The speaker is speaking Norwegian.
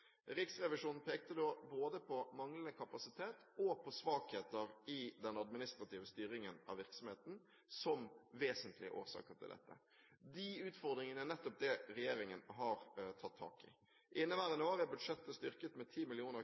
Riksrevisjonen pekte da både på manglende kapasitet og på svakheter i den administrative virksomheten, som vesentlige årsaker til dette. De utfordringene er nettopp det regjeringen har tatt tak i. I inneværende år er budsjettet styrket med